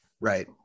Right